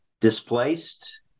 displaced